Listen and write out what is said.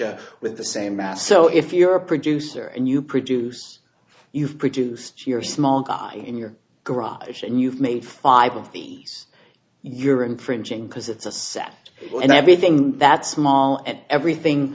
a with the same math so if you're a producer and you produce you've produced your small guy in your garage and you've made five of these you're infringing because it's a set and everything that's small and everything